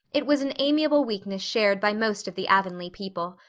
it was an amiable weakness shared by most of the avonlea people.